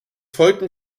folgten